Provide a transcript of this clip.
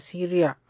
Syria